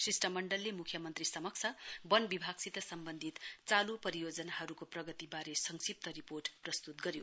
शिष्टमण्डलले म्ख्यमन्त्री समक्ष बनविभागसित सम्वन्धित चालू परियोजनाहरूको प्रगतिबारे संक्षिप रिपोर्ट प्रस्तुत गर्यो